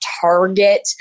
target